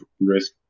risk